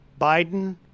Biden